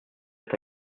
est